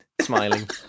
smiling